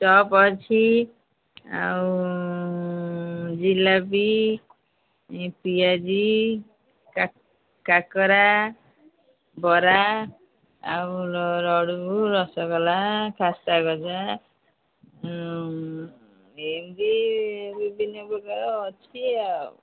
chop ଅଛି ଆଉ ଜିଲାପି ପିଆଜି କାକରା ବରା ଆଉ ଲଡ଼ୁ ରସଗୋଲା ଖାସ୍ତାଗଜା ଏମିତି ବିଭିନ୍ନ ପ୍ରକାର ଅଛି ଆଉ